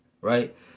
right